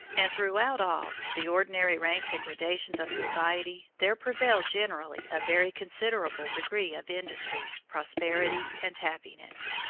and throughout all the ordinary ranks and gradations of society there prevailed generally a very considerable degree of industry, prosperity and happiness.